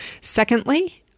Secondly